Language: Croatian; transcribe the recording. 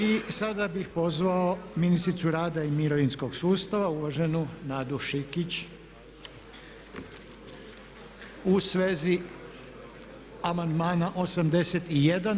I sada bih pozvao ministricu rada i mirovinskog sustava uvaženu Nadu Šikić u svezi amandmana 81.